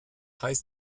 heißt